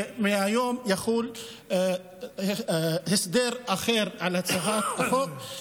ומהיום יחול הסדר אחר על הצעת החוק.